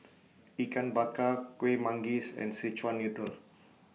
Ikan Bakar Kueh Manggis and Szechuan Noodle